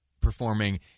performing